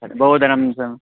तत् बहु धनं स